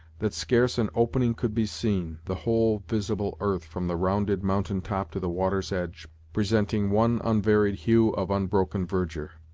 that scarce an opening could be seen, the whole visible earth, from the rounded mountain-top to the water's edge, presenting one unvaried hue of unbroken verdure.